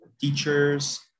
teachers